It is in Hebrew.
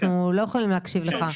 אנחנו לא יכולים להקשיב לך.